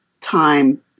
time